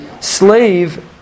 slave